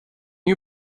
you